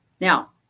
Now